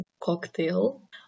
cocktail